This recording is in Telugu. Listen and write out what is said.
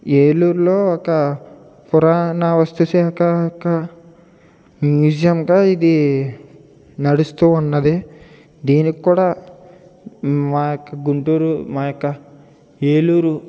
ఏలూరులో ఒక పురాణవస్తు శాఖ ఒక మ్యూజియంగా ఇది నడుస్తూ ఉన్నది దీనికి కూడా మా యొక్క గుంటూరు మా యొక్క ఏలూరు